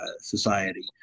society